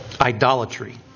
Idolatry